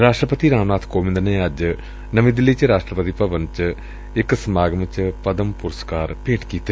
ਰਾਸ਼ਟਰਪਤੀ ਰਾਮ ਨਾਥ ਕੋਵਿੰਦ ਨੇ ਅੱਜ ਰਾਸ਼ਟਰਪਤੀ ਭਵਨ ਚ ਇਕ ਸਮਾਰੋਹ ਚ ਪਦਮ ਪੁਰਸਕਾਰ ਭੇਟ ਕੀਤੇ